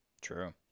True